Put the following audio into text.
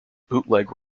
bootleg